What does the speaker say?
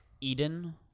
Eden